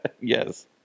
Yes